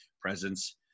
presence